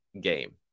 game